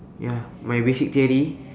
ya my basic theory